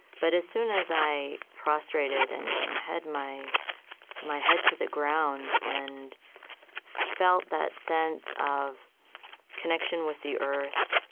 but as soon as i prostrated and and had my my head to the ground and felt that sense of connection with the earth,